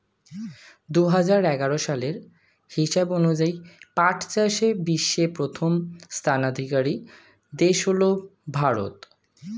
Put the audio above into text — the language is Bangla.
দুহাজার এগারো সালের হিসাব অনুযায়ী পাট চাষে বিশ্বে প্রথম স্থানাধিকারী দেশ হল ভারত